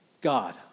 God